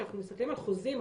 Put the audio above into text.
כשאנחנו מסתכלים על חוזים,